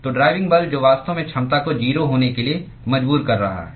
तो ड्राइविंग बल जो वास्तव में क्षमता को 0 होने के लिए मजबूर कर रहा है